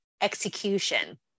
Execution